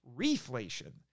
reflation